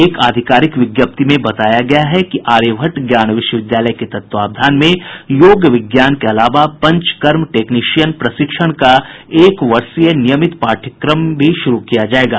एक आधिकारिक विज्ञप्ति में बताया गया है कि आर्यभट्ट ज्ञान विश्वविद्यालय के तत्वावधान में योग विज्ञान के अलावा पंचकर्म टेक्नीशियन प्रशिक्षण का एक वर्षीय नियमित पाठयक्रम भी शुरु किया जायेगा